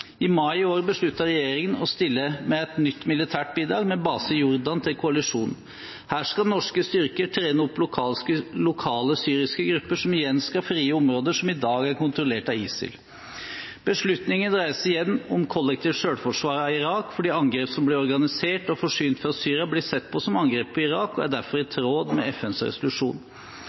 I mai i år besluttet regjeringen å stille med et nytt militært bidrag, med base i Jordan, til koalisjonen. Her skal norske styrker trene opp lokale syriske grupper som igjen skal frigi områder som i dag er kontrollert av ISIL. Beslutningen dreier seg igjen om kollektivt selvforsvar av Irak, fordi angrep som blir organisert og forsynt fra Syria, blir sett på som angrep på Irak, og er derfor i tråd med FNs resolusjon.